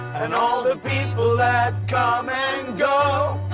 and all the people that come and go